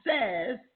says